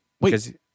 Wait